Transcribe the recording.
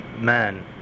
man